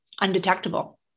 undetectable